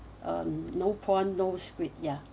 um no prawn no squid ya